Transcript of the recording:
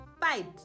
fight